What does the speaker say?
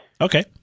Okay